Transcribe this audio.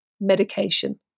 medication